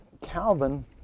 Calvin